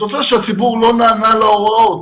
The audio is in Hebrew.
התוצאה שהציבור לא נענה להוראות.